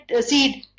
seed